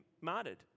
martyred